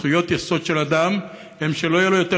זכויות יסוד של אדם הן שלא יהיה לו יותר